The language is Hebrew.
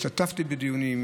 השתתפתי בדיונים,